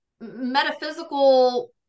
metaphysical